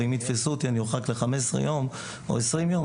ואם יתפסו אותי אני אורחק לחמישה עשר יום או עשרים יום,